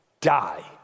die